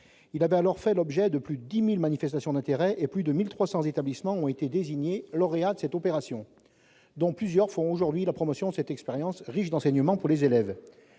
Il y avait eu alors plus de 10 000 manifestations d'intérêt, et plus de 1 300 établissements avaient été désignés lauréats de cette opération. Plusieurs d'entre eux font aujourd'hui la promotion de cette expérience, riche d'enseignements pour les élèves.